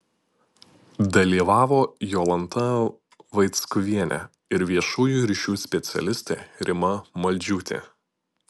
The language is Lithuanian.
dalyvavo jolanta vaickuvienė ir viešųjų ryšių specialistė rima maldžiūtė